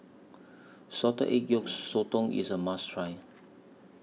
Salted Egg Yolk Sotong IS A must Try